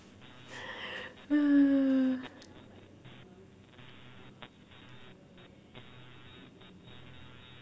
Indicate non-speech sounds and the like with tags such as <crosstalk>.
<laughs>